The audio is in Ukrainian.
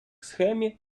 схемі